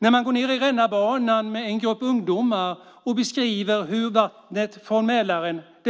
När man går ned i rännarbanan med en grupp ungdomar och beskriver hur det